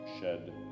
shed